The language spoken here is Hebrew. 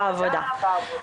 בעבודה.